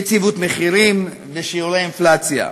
יציבות מחירים ושיעורי אינפלציה.